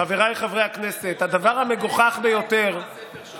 חבריי חברי הכנסת, הדבר המגוחך ביותר, הספר שלך.